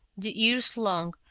the ears long,